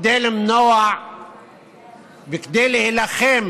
כדי למנוע וכדי להילחם